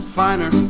finer